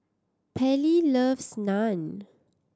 Pairlee loves Naan